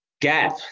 gap